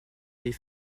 les